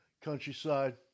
countryside